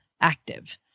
active